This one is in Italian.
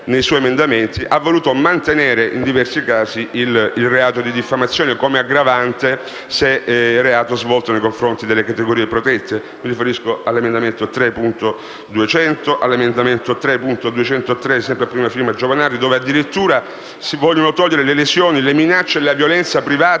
nei suoi emendamenti ha voluto mantenere in diversi casi il reato di diffamazione come aggravante nel caso in cui il reato sia commesso nei confronti delle categorie protette. Mi riferisco agli emendamenti 3.200 e 3.203, sempre a prima firma Giovanardi, dove addirittura si vogliono escludere le lesioni, le minacce e la violenza privata